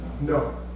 No